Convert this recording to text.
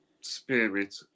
spirit